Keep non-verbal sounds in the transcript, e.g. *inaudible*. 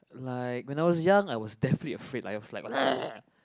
like when I was young I was definitely afraid like I was like *noise*